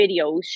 videos